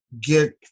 get